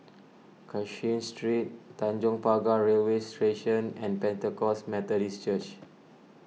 Cashin Street Tanjong Pagar Railway Station and Pentecost Methodist Church